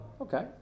Okay